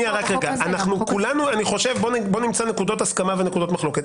בואו נמצא נקודות הסכמה ונקודות מחלוקת.